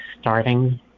starting